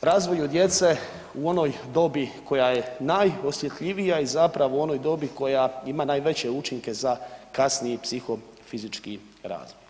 razvoju djece u onoj dobi koja je najosjetljivija i zapravo u onoj dobi koja ima najveće učinke za kasniji psihofizički razvoj.